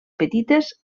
petites